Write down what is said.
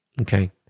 okay